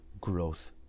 growth